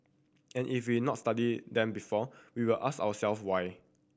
and if we've not studied them before we'll ask our self why